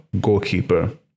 goalkeeper